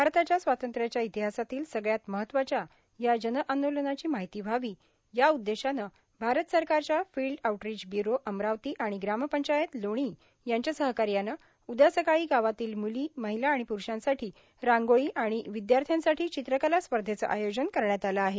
भारताच्या स्वातंत्र्याच्या इतिहासातील सगळ्यात महत्वाच्या जनआंदोलनाची माहिती व्हावी या उद्देशानं भारत सरकारच्या फिल्ड ऑउटरिच ब्यूरो अमरावती आणि ग्राम पंचायत लोणी यांच्या सहकार्यानं उद्या सकाळी गावातील मुली महिला आणि प्रुरुषासाठी रांगोळी आणि विद्यार्थ्यांसाठी चित्रकला स्पर्धेचं आयोजन करण्यात आलं आहे